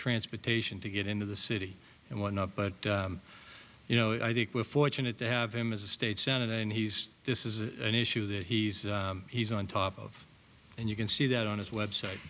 transportation to get into the city and what not but you know i think we're fortunate to have him as a state senator and he's this is an issue that he's he's on top of and you can see that on his website